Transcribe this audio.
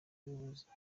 ubuzima